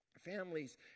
families